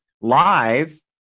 live